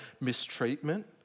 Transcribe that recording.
mistreatment